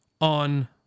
on